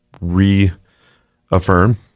reaffirm